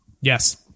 yes